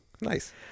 Nice